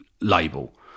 label